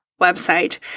website